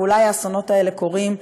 ואולי האסונות האלה קורים,